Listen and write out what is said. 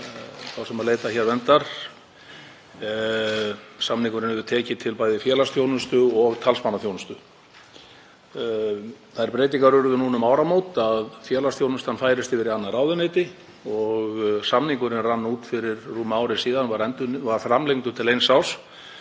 þá sem leita hér verndar. Samningurinn hefur tekið til bæði félagsþjónustu og talsmannaþjónustu. Þær breytingar urðu um áramót að félagsþjónustan færist yfir í annað ráðuneyti og samningurinn rann út fyrir rúmu ári, var framlengdur til eins árs